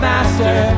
Master